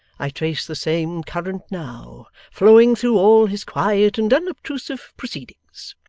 i trace the same current now, flowing through all his quiet and unobtrusive proceedings